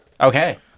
Okay